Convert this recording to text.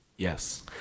Yes